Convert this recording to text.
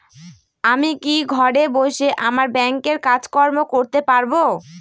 আমি কি ঘরে বসে আমার ব্যাংকের কাজকর্ম করতে পারব?